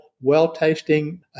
well-tasting